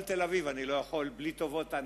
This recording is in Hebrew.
תל-אביב" אני לא יכול בלי טובות הנאה.